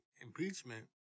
impeachment